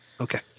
Okay